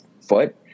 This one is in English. foot